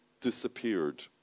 disappeared